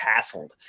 hassled